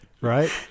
right